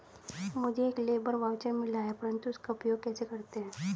मुझे एक labour voucher मिला हुआ है परंतु उसका उपयोग कैसे करते हैं?